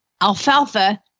alfalfa